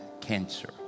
cancer